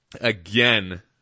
Again